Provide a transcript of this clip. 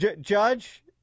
Judge